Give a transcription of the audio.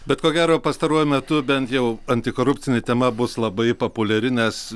bet ko gero pastaruoju metu bent jau antikorupcinė tema bus labai populiari nes